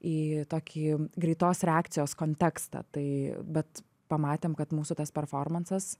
į tokį greitos reakcijos kontekstą tai bet pamatėm kad mūsų tas performansas